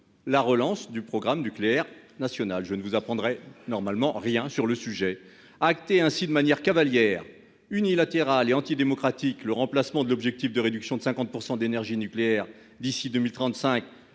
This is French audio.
la relance du programme nucléaire national. Je ne vous apprends normalement rien en le disant. Décider de manière cavalière, unilatérale et antidémocratique le remplacement de l'objectif de réduction de 50 % de l'énergie nucléaire d'ici à 2035